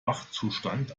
wachzustand